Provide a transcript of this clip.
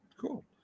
Cool